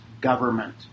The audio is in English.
government